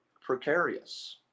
precarious